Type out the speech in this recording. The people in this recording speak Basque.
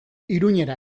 iruñera